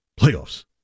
playoffs